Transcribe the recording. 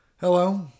Hello